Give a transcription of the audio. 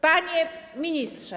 Panie Ministrze!